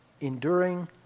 enduring